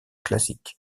classiques